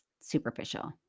superficial